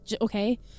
Okay